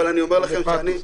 אבל אני אומר לכם --- איזה פתוס?